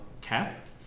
cap